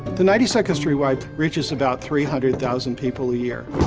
the ninety second street y reaches about three hundred thousand people a year.